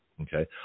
Okay